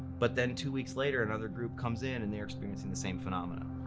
but then two weeks later, another group comes in and they're experiencing the same phenomena.